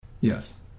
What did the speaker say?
Yes